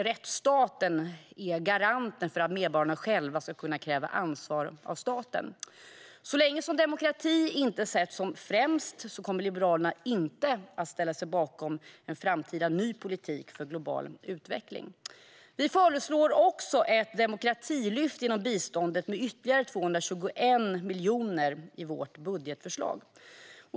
Rättsstaten är garanten för att medborgarna själva ska kunna utkräva ansvar av staten. Så länge som demokrati inte sätts främst kommer Liberalerna inte att ställa sig bakom en framtida ny politik för global utveckling. Vi föreslår också ett demokratilyft inom biståndet med ytterligare 221 miljoner i vårt budgetförslag.